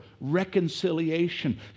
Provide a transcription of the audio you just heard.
reconciliation